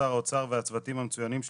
שר האוצר והצוותים המצוינים שלהם.